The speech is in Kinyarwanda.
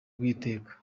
bw’iteka